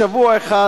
בשבוע אחד,